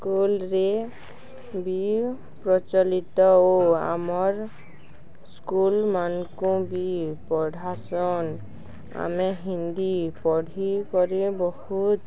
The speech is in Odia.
ସ୍କୁଲରେ ବି ପ୍ରଚଳିତ ଓ ଆମର୍ ସ୍କୁଲମାନଙ୍କୁ ବି ପଢ଼ାସନ୍ ଆମେ ହିନ୍ଦୀ ପଢ଼ିିକରି ବହୁତ